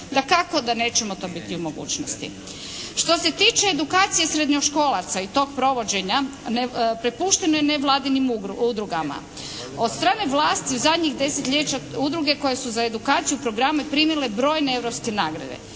Dakako da nećemo to biti u mogućnosti. Što se tiče edukacije srednjoškolaca i tog provođenja, prepušteno je nevladinim udrugama od strane vlasti zadnjih desetljeća udruge koje su za edukaciju programe primile brojne europske nagrade.